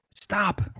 stop